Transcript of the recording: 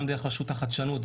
גם דרך רשות החדשנות,